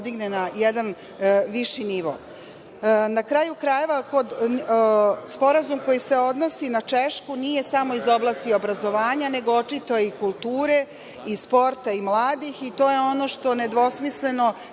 na jedan viši nivo. Sporazum koji se odnosi na Češku nije samo iz oblasti obrazovanja, nego očito i kulture, i sporta, i mladih, i to je ono što nedvosmisleno